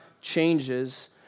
changes